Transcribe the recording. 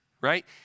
right